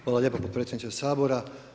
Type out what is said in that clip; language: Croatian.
Hvala lijepa potpredsjedniče Sabora.